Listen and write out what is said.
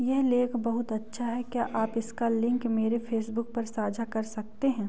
यह लेख बहुत अच्छा है क्या आप इसका लिंक मेरे फेसबुक पर साझा कर सकते हैं